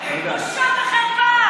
בושה וחרפה.